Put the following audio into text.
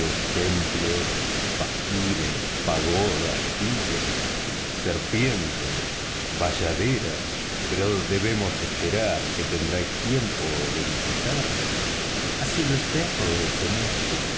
templos faquires pagodas tigres serpientes bayaderas pero debemos esperar que tendréis tiempo de visitarlo así lo espero señor